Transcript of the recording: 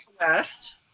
West